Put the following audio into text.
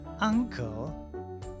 uncle